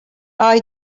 are